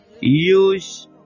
use